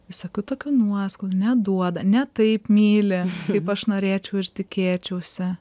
visokių tokių nuoskaudų neduoda ne taip myli kaip aš norėčiau ir tikėčiausi